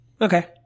Okay